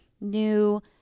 new